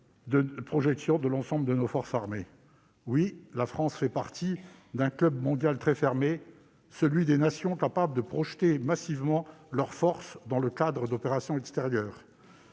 de projection de l'ensemble de nos forces armées. Oui, la France fait partie d'un club mondial très fermé, celui des nations capables de projeter massivement leurs forces dans le cadre d'opérations extérieures